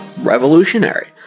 revolutionary